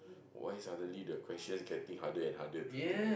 why suddenly the questions getting harder and harder to think ah